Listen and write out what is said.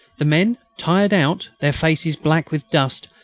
the men, tired out, their faces black with dust,